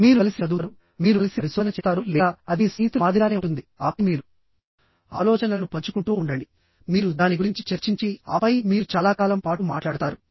మీరు కలిసి చదువుతారు మీరు కలిసి పరిశోధన చేస్తారు లేదా అది మీ స్నేహితుల మాదిరిగానే ఉంటుందిఆపై మీరు ఆలోచనలను పంచుకుంటూ ఉండండి మీరు దాని గురించి చర్చించి ఆపై మీరు చాలా కాలం పాటు మాట్లాడతారు